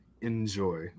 Enjoy